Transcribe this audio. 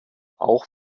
auch